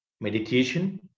meditation